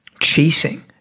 chasing